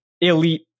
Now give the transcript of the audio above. elite